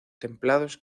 templados